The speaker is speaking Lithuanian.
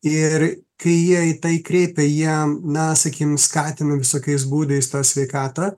ir kai jie į tai kreipia jie na sakykim skatina visokiais būdais tą sveikatą